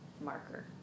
marker